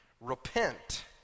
Repent